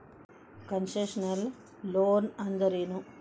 Concessional loan ಅಂದ್ರೇನು?